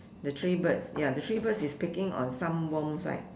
the three birds ya the the three birds is picking on some worms right